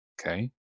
Okay